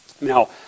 Now